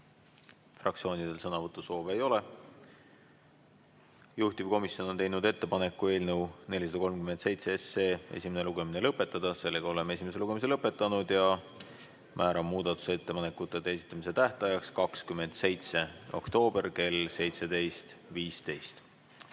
Fraktsioonidel sõnavõtusoove ei ole. Juhtivkomisjon on teinud ettepaneku eelnõu 437 esimene lugemine lõpetada. Oleme esimese lugemise lõpetanud. Määran muudatusettepanekute esitamise tähtajaks 27. oktoobri kell 17.15.